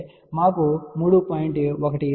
17 వచ్చింది